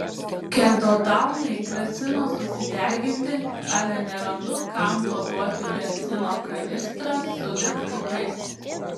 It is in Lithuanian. kedodaunai grasino susideginti ale nerandu kam paduoti benzino kanistrą su degtukais